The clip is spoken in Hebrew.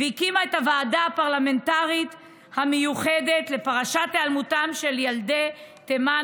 הקימה את הוועדה הפרלמנטרית המיוחדת לפרשת היעלמותם של ילדי תימן,